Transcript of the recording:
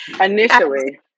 Initially